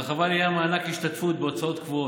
ההרחבה לעניין מענק השתתפות בהוצאות גבוהות: